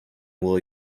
will